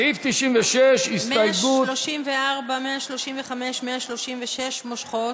סעיף 96, הסתייגות, 134, 135, 136, מושכות.